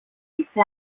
είσαι